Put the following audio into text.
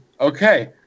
Okay